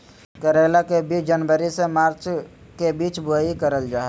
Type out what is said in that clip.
करेला के बीज जनवरी से मार्च के बीच बुआई करल जा हय